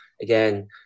again